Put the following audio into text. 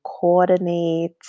coordinate